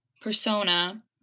Persona